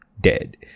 dead